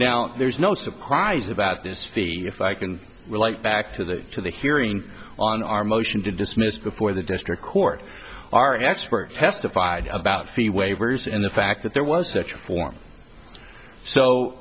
now there's no surprise about this fee if i can relate back to that to the hearing on our motion to dismiss before the district court our expert testified about fee waivers and the fact that there was such a form so